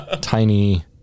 tiny